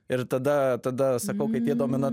ir tada tada sakau kaip jie domina